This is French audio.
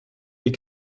les